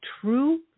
true